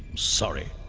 sorry,